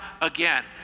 again